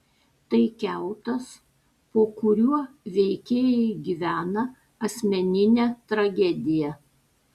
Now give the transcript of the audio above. tai kiautas po kuriuo veikėjai gyvena asmeninę tragediją